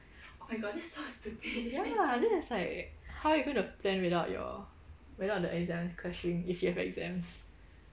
ya lah then it's like how you going to plan without your without the exam clashing if you have exams